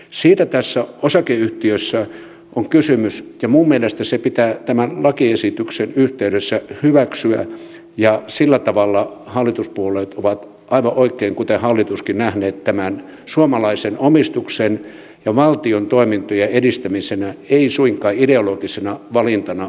siitä tässä osakeyhtiössä on kysymys ja minun mielestäni se pitää tämän lakiesityksen yhteydessä hyväksyä ja sillä tavalla hallituspuolueet ovat aivan oikein kuten hallituskin nähneet tämän suomalaisen omistuksen ja valtion toimintojen edistämisenä ei suinkaan ideologisena valintana osakeyhtiöksi